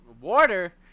Water